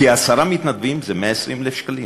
כי עשרה מתנדבים זה 120,000 שקלים,